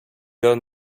down